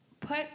put